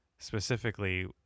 Specifically